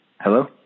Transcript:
Hello